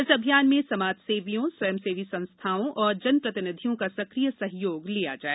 इस अभियान में समाजसेवियों स्वयंसेवी संस्थाओं और जनप्रतिनिधियों का सक्रिय सहयोग लिया जाए